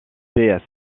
déesse